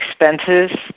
expenses